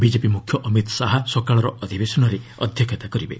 BJP ମୁଖ୍ୟ ଅମିତ ଶାହା ସକାଳର ଅଧିବେଶନରେ ଅଧ୍ୟକ୍ଷତା କରିବେ